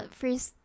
first